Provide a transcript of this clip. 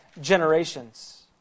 generations